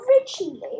originally